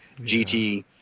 GT